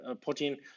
protein